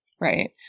Right